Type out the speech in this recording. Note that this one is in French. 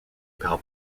par